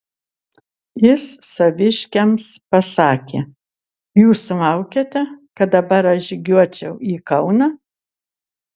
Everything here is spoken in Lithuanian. jis saviškiams pasakė jūs laukiate kad dabar aš žygiuočiau į kauną